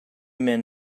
men